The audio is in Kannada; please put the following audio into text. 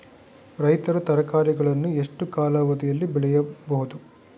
ರೈತರು ತರಕಾರಿಗಳನ್ನು ಎಷ್ಟು ಕಾಲಾವಧಿಯಲ್ಲಿ ಬೆಳೆಯಬಹುದು?